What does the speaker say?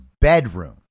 bedroom